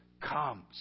comes